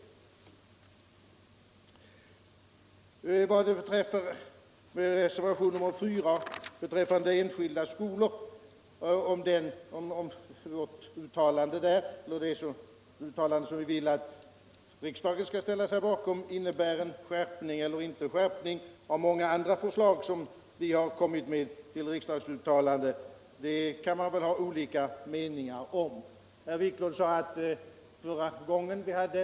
I reservationen 4 yrkar vi att riksdagen skall ställa sig bakom ett uttalande om enskilda skolor. Man kan ha olika meningar i frågan om detta uttalande innebär en skärpning eller inte jämfört med många andra förslag till riksdagsuttalanden som vi kommit med. Förra gången vi hade Nr 102 en reservation här hade vi till den kopplat eur utredningskrav, sade herr Onsdagen den Wiklund. Att en utredning behövs har vi inte uttryckligen sagt, men 7 april 1976 jag vill gärna medge att man måste göra en utredning om hur bidragen från stat och kommun skall ges, vilken höjd de skall ha osv. Jag utgår — Anslag till det ifrån att en sådan utredning är självklar. obligatoriska skolväsendet m.m. Fru SUNDBERG kort genmäle: Herr talman!